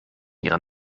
ihre